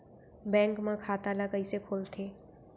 Bank म खाता ल कइसे खोलथे?